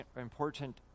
important